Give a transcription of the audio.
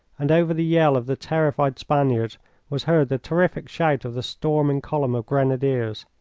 and over the yell of the terrified spaniards was heard the terrific shout of the storming column of grenadiers.